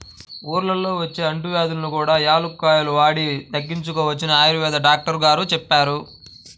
ఊళ్ళల్లో వచ్చే అంటువ్యాధుల్ని కూడా యాలుక్కాయాలు వాడి తగ్గించుకోవచ్చని ఆయుర్వేదం డాక్టరు గారు చెప్పారు